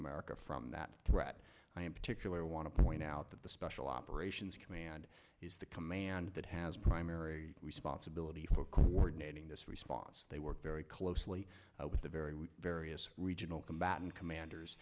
america from that threat i am particularly want to point out that the special operations command is the command that has primary responsibility for coordinating this response they work very closely with the very various regional combatant commanders